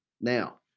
Now